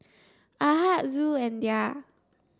Ahad Zul and Dhia